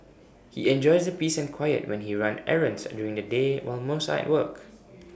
he enjoys the peace and quiet when he runs errands during the day while most are at work